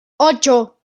ocho